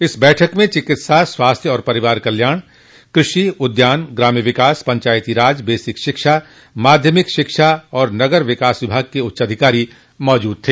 इस बैठक में चिकित्सा स्वास्थ्य एवं परिवार कल्याण कृषि उद्यान ग्राम्य विकास पंचायती राज बेसिक शिक्षा माध्यमिक शिक्षा और नगर विकास विभाग के उच्चाधिकारी मौजूद रहे